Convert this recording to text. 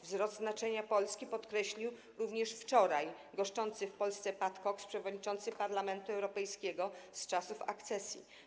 Wzrost znaczenia Polski podkreślił również wczoraj goszczący w Polsce Pat Cox, przewodniczący Parlamentu Europejskiego z czasów akcesji.